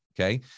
Okay